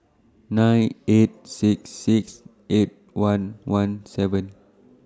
nine eight six six eight one one seven